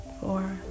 four